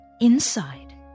Inside